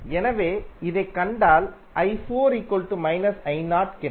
எனவே இதைக் கண்டால் கிடைக்கும்